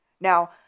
Now